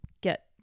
get